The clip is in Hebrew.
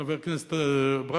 חבר הכנסת ברוורמן,